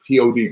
POD